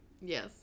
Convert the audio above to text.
Yes